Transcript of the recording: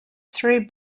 three